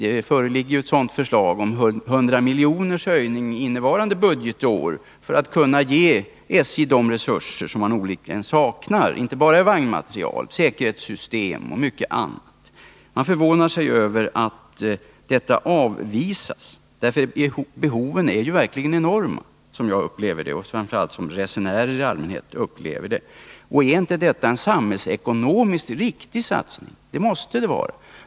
Det föreligger ett sådant förslag om en höjning på 100 milj.kr. innevarande budgetår för att SJ därmed skall få de resurser som nu onekligen saknas, inte bara i fråga om vagnmateriel utan även i fråga om säkerhetsmateriel och mycket annat. Man förvånar sig över att sådana förslag avvisas, för behoven är ju verkligen enorma. Det intrycket har jag och resenärer i allmänhet fått. Är inte detta en samhällsekonomiskt riktig satsning? Det måste det vara.